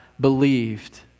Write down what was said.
believed